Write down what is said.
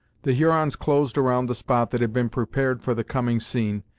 the hurons closed around the spot that had been prepared for the coming scene,